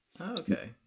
Okay